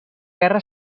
guerra